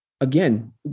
again